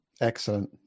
Excellent